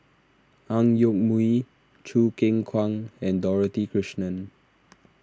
Ang Yoke Mooi Choo Keng Kwang and Dorothy Krishnan